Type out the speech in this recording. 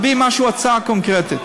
תביא הצעה קונקרטית.